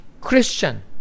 Christian